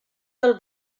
del